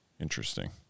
Interesting